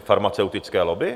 Farmaceutické lobby?